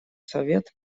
совет